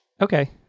Okay